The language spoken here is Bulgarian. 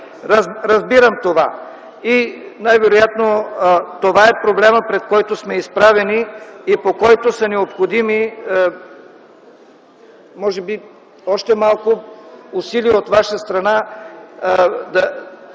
Разбирам това и най-вероятно това е проблемът, пред който сме изправени и по който са необходими може би още малко усилия от Ваша страна да